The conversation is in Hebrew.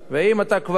ואם אתה כבר,